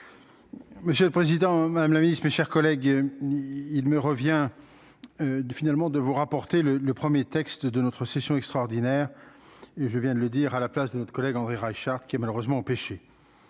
Monsieur le Président, Madame la Ministre, mes chers collègues, il me revient de finalement de vous rapportez le le 1er, texte de notre session extraordinaire et je viens de le dire à la place de notre collègue André Reichardt qui a malheureusement empêché